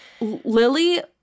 Lily